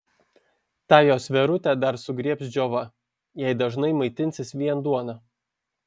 tą jos verutę dar sugriebs džiova jei dažnai maitinsis vien duona